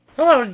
Hello